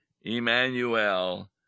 Emmanuel